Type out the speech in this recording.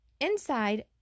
inside